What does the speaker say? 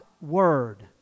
word